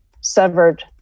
severed